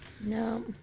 No